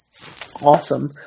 Awesome